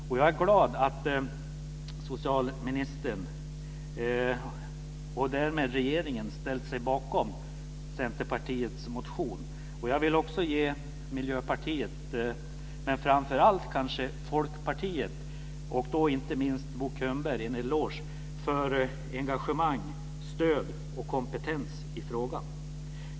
Och jag är glad över att socialministern och därmed regeringen har ställt sig bakom Centerpartiets motion. Och jag vill också ge Miljöpartiet, men framför allt kanske, Folkpartiet, och då inte minst Bo Könberg, en eloge för engagemang, stöd och kompetens i frågan.